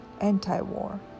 anti-war